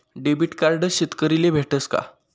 Debit card शेतकरीले भेटस का?